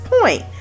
point